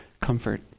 comfort